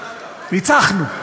ניצחנו.